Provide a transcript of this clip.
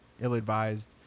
ill-advised